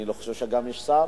אני לא חושב שגם יש שר.